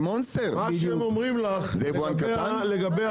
זו מפלצת, זה לא יבואן קטן.